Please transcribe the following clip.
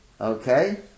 okay